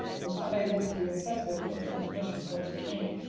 was unable to be infected in transmission from zucchini,